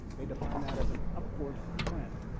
they define that as an upward trend.